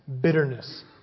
bitterness